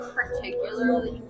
particularly